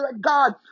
God